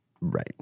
right